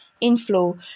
inflow